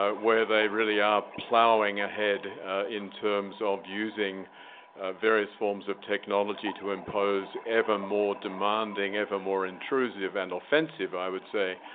ah where they really are plowing ahead in terms of using using various forms of technology to impose ever more demanding, ever more intrusive and offensive, i would say,